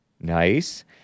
Nice